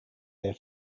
their